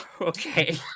okay